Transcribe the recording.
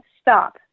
stop